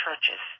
churches